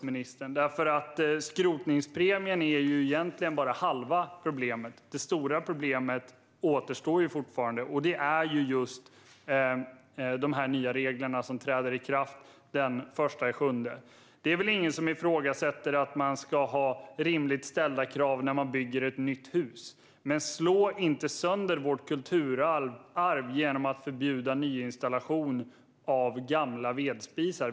Men skrotningspremien är egentligen bara halva problemet. Det stora problemet återstår, nämligen de nya regler som träder i kraft den 1 juli. Det är väl ingen som ifrågasätter att man ska ha rimligt ställda krav när man bygger ett nytt hus, men slå inte sönder vårt kulturarv genom att förbjuda nyinstallation av gamla vedspisar!